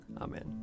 Amen